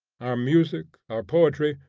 our music, our poetry,